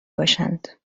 باشند